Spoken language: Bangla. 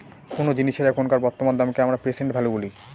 কোনো জিনিসের এখনকার বর্তমান দামকে আমরা প্রেসেন্ট ভ্যালু বলি